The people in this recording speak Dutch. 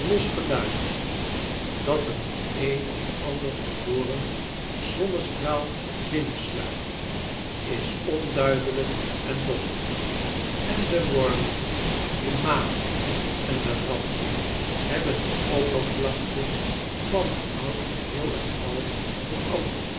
los geluid dat er met een of ander verloren zonnestraal binnensluipt is onduidelijk en dof en de wormen de maden en de ratten hebben de oppervlakte van het hout geheel en al veranderd